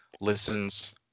listens